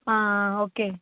आ okay